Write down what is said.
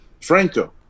Franco